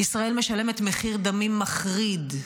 ישראל משלמת מחיר דמים מחריד ברצח,